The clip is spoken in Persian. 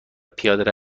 پیاده